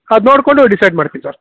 ಅದು ನೋಡ್ಕೊಂಡು ಡಿಸೈಡ್ ಮಾಡ್ತಿನಿ ಸರ್